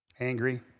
angry